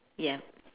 ya